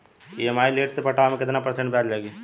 EMI late से पटावे पर कितना परसेंट ब्याज लगी?